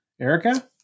Erica